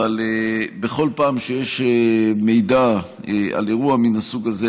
אבל בכל פעם שיש מידע על אירוע מן הסוג הזה,